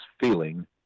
feeling